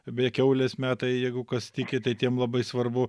bei kiaulės metai jeigu kas tiki tai tiem labai svarbu